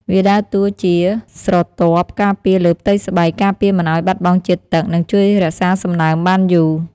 វាដើរតួជាស្រទាប់ការពារលើផ្ទៃស្បែក ការពារមិនឱ្យបាត់បង់ជាតិទឹក និងជួយរក្សាសំណើមបានយូរ។